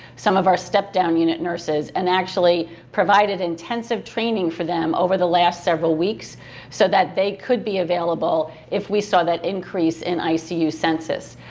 some of our step-down unit nurses, and actually provided intensive training for them over the last several weeks so that they could be available if we saw that increase in icu census.